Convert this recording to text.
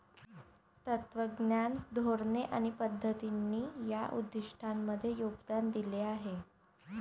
तत्त्वज्ञान, धोरणे आणि पद्धतींनी या उद्दिष्टांमध्ये योगदान दिले आहे